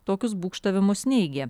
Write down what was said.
tokius būgštavimus neigė